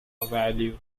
value